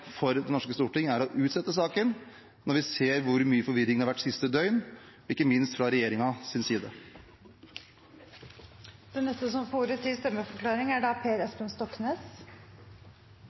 norske storting, er å utsette denne saken, når vi ser hvor mye forvirring det har vært det siste døgnet, ikke minst fra regjeringens side. Dette er en sak som har vært bredt og vidt drøftet i norsk offentlighet. Innstillingen er